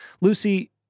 Lucy